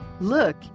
Look